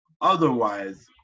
otherwise